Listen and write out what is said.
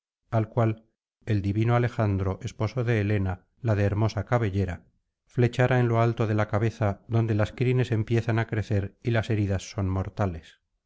al cual el divino alejandro esposo de helena la de hermosa cabellera flechara en lo alto de la cabeza donde las crines empiezan á crecer y las heridas son mortales